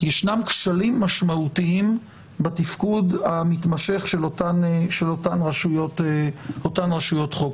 ישנם כשלים משמעותיים בתפקוד המתמשך של אותן רשויות חוק.